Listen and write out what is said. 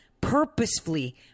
purposefully